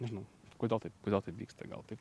nežinau kodėl taip kodėl taip vyksta gal taip